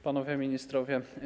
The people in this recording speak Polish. Panowie Ministrowie!